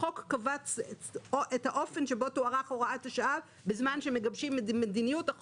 החוק קבע את האופן שבו תוארך הוראת השעה בזמן שמגבשים מדיניות.